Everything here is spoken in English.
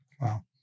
Wow